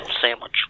sandwich